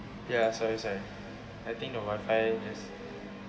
ya sorry sorry I think the wifi is